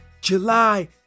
July